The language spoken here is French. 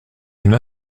une